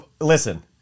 Listen